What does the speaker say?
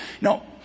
No